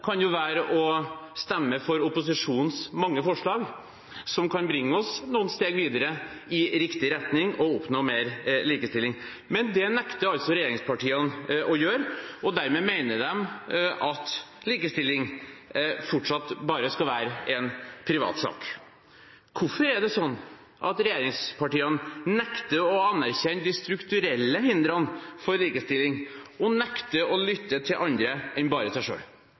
kan være å stemme for opposisjonens mange forslag, som kan bringe oss noen steg videre i riktig retning for å oppnå mer likestilling. Men det nekter regjeringspartiene å gjøre, og dermed mener de at likestilling fortsatt bare skal være en privatsak. Hvorfor er det sånn at regjeringspartiene nekter å anerkjenne de strukturelle hindrene for likestilling og nekter å lytte til andre enn bare seg